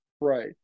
right